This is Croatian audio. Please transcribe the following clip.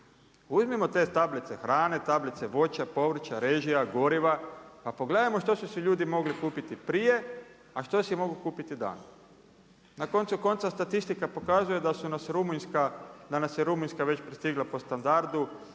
Uzmimo te tablice hrane, tablice voća, povrća, režija, goriva, pa pogledajmo što su si ljudi mogli kupiti prije a što si mogu kupiti danas. Na koncu konca, statistika pokazuje da nas je Rumunjska već prestigla po standardu,